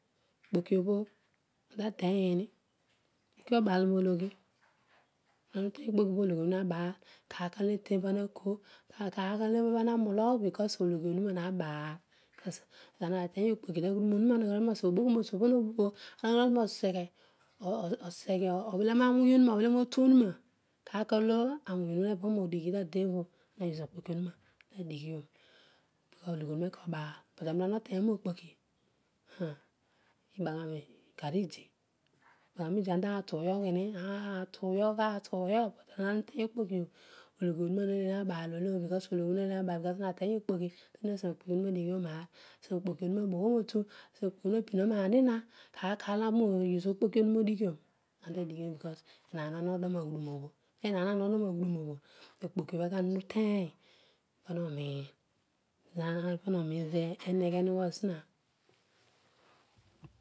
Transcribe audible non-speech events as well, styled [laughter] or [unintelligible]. Ikpokioboh toteiyim okpoki obaanologhi nonolo arra uteny okpoki potogh omdoe mabaal kaar olo aten pana nakoor kaar olo aru pana nanologh cus ologhi onuna habaal cus ana teny okpoki [unintelligible] oseghe obelore awony onuroa obelolo otuorrurua kaar aar olo awony nava ruo dighi tadebho ara ue okpoki omsoa madighion ologhi kanaal kanerolo ana ote dio rookpoki ibaghani idi loghon idi enta tusughni olatugogh but ana uteny okpokiobho ologhi onuna naleer nabaal ogh because ana ha teny okpoki ana aseghe no kpoki owune adighon aar aseghe no kpoki ohuna aboghom otu aseghe nokpoki onuna abinon aniha aar olo ara tuno use okpoki onuna odighion pana odigh enaan ana uem aghudum ke naan nanogho zina na ghudunobho okpokibhi kany umiri uteny pana onim pana onir ezo eghe ene gho zina